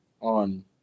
on